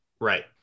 right